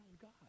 God